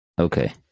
okay